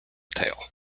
tale